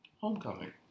Homecoming